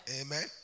Amen